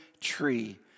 tree